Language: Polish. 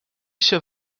się